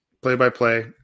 Play-by-play